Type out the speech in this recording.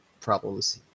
problems